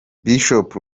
bishop